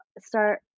start